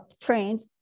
trained